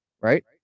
right